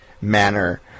manner